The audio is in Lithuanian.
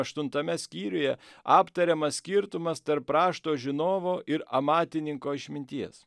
aštuntame skyriuje aptariamas skirtumas tarp rašto žinovo ir amatininko išminties